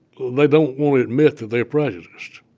they don't want to admit that they're prejudiced.